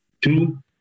Two